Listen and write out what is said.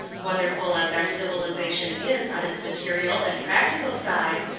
wonderful as our civilisation is on its material and practical side,